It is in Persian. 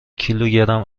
کیلوگرم